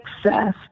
success